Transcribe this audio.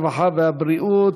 הרווחה והבריאות?